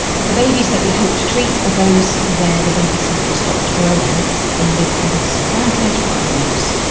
the babies that we hope to treat are those where the baby simply stops growing in mid-pregnancy, around twenty five weeks,